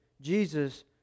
Jesus